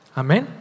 amen